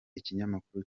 ikinyamakuru